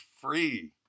free